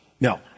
No